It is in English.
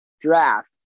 draft